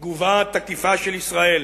תהיה תגובה תקיפה של ישראל.